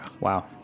Wow